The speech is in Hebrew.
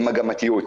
במגמתיות.